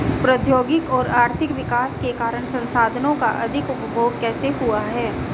प्रौद्योगिक और आर्थिक विकास के कारण संसाधानों का अधिक उपभोग कैसे हुआ है?